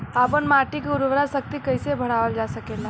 आपन माटी क उर्वरा शक्ति कइसे बढ़ावल जा सकेला?